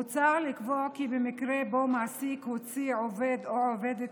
מוצע לקבוע כי במקרה שבו מעסיק הוציא עובד או עובדת